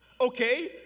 Okay